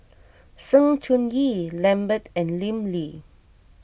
Sng Choon Yee Lambert and Lim Lee